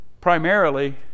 primarily